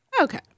Okay